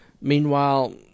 meanwhile